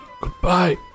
Goodbye